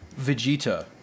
Vegeta